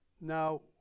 Now